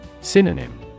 Synonym